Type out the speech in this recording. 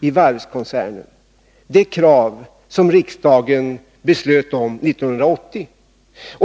i varvskoncernen — det krav som riksdagen beslöt om 1980.